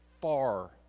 far